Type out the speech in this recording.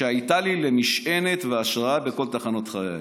שהייתה לי למשענת והשראה בכל תחנות חיי,